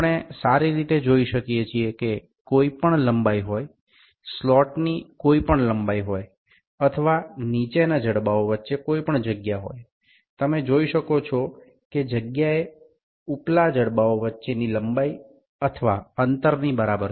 આપણે સારી રીતે જોઈ શકીએ છીએ કે કોઈપણ લંબાઈ હોય સ્લોટની કોઈપણ લંબાઈ હોય અથવા નીચેના જડબાઓ વચ્ચે કોઈપણ જગ્યા હોય તમે જોઈ શકો છો કે જગ્યાએ ઉપલા જડબાઓ વચ્ચેની લંબાઈ અથવા અંતરની બરાબર છે